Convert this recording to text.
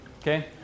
okay